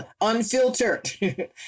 Unfiltered